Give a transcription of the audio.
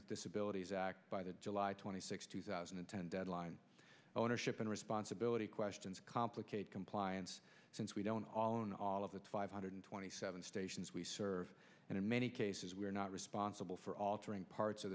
with disabilities act by the july twenty sixth two thousand and ten deadline ownership and responsibility questions complicate compliance since we don't all own all of that five hundred twenty seven stations we serve and in many cases we are not responsible for altering parts of